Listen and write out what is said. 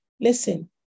Listen